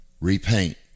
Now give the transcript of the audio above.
Repaint